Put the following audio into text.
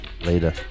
Later